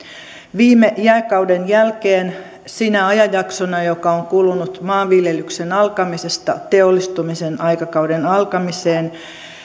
viime jääkauden jälkeen sinä ajanjaksona joka on kulunut maanviljelyksen alkamisesta teollistumisen aikakauden alkamiseen